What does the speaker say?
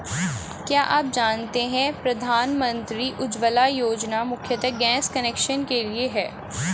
क्या आप जानते है प्रधानमंत्री उज्ज्वला योजना मुख्यतः गैस कनेक्शन के लिए है?